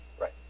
Right